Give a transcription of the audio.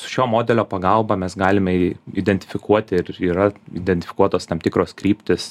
šio modelio pagalba mes galime į identifikuoti ir yra identifikuotos tam tikros kryptys